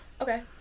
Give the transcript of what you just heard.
Okay